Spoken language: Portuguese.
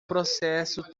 processo